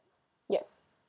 yes